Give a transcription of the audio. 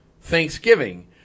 Thanksgiving